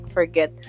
forget